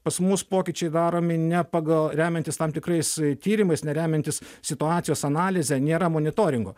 pas mus pokyčiai daromi ne pagal remiantis tam tikrais tyrimais ne remiantis situacijos analize nėra monitoringo